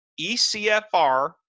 ECFR